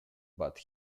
but